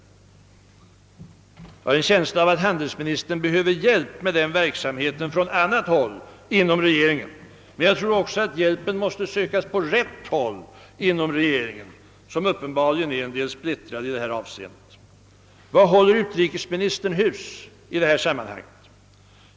Jag har en känsla av att handelsministern behöver hjälp med denna verksamhet från annat håll inom regeringen. Men jag tror också, att hjälpen måste sökas på rätt håll inom regeringen, som uppenbarligen är splittrad i detta avseende. Var håller utrikesministern hus i detta sammanhang?